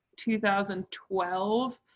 2012